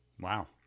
Wow